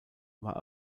war